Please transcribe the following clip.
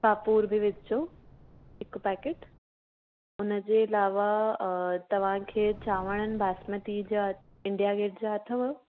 कपुर बि विझिजो हिकु पैकेट हुनजे अलावा तव्हांखे चांवरनि बासमती जा इंडिया गेट जा अथव